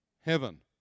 heaven